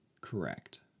correct